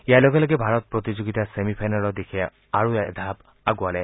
ইয়াৰ লগে লগে ভাৰত প্ৰতিযোগিতাৰ ছেমি ফাইনেলৰ দিশে আৰু এঢাপ আগুৱালে